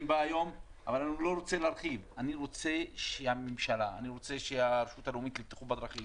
בה היום לדאוג שלרשות הלאומית לבטיחות בדרכים